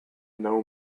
know